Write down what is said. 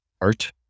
art